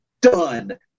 done